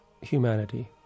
humanity